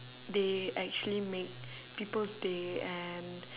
they actually make people's day and